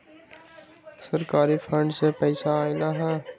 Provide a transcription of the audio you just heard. सरकारी फंड से पईसा आयल ह?